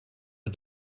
but